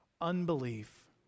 Unbelief